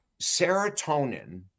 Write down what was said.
Serotonin